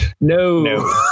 No